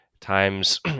times